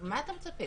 למה אתה מצפה?